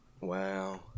Wow